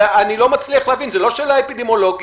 אני לא מצליח להבין, זאת לא שאלה אפידמיולוגית,